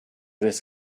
this